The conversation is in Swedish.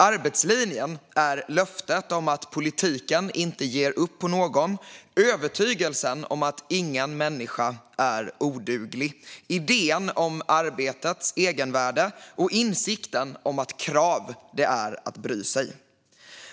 Arbetslinjen är löftet om att politiken inte ger upp på någon, övertygelsen om att ingen människa är oduglig samt idén om arbetets egenvärde och insikten om att krav är att bry sig.